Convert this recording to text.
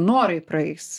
norai praeis